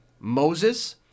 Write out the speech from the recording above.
Moses